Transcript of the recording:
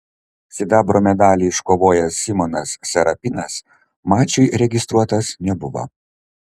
sidabro medalį iškovojęs simonas serapinas mačui registruotas nebuvo